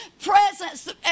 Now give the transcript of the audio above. presence